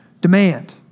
demand